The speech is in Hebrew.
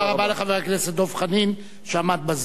תודה רבה לחבר הכנסת דב חנין, שעמד בזמן.